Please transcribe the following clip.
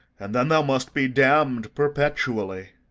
and then thou must be damn'd perpetually!